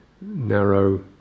narrow